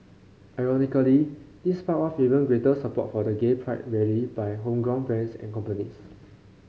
ironically this sparked off even greater support for the gay pride rally by homegrown brands and companies